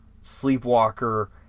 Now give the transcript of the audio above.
Sleepwalker